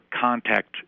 contact